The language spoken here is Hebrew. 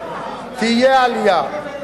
תהיה עלייה.